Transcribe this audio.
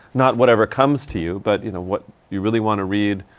not whatever comes to you, but, you know, what you really want to read.